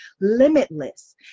limitless